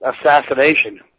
assassination